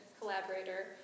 collaborator